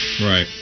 Right